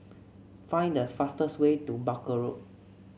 find the fastest way to Barker Road